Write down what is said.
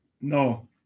No